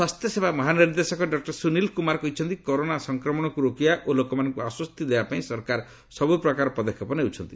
ସ୍ୱାସ୍ଥ୍ୟସେବା ମହାନିର୍ଦ୍ଦେଶକ ଡକ୍କର ସ୍ରନିଲ୍ କୁମାର କହିଛନ୍ତି କରୋନା ସଂକ୍ରମଣକୁ ରୋକିବା ଓ ଲୋକମାନଙ୍କୁ ଆଶ୍ୱସ୍ତି ଦେବାପାଇଁ ସରକାର ସବୁ ପ୍ରକାର ପଦକ୍ଷେପ ନେଉଛନ୍ତି